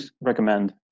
recommend